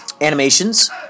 animations